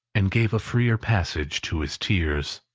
and gave a freer passage to his tears.